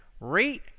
rate